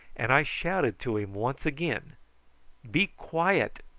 and i shouted to him once again be quiet!